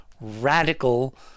radical